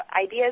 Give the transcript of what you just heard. ideas